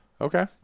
Okay